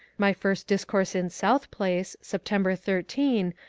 my first discourse in south place, september thirteen,